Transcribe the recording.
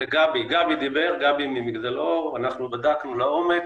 גבי ממגדלאור, אנחנו בדקנו לעומק.